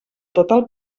total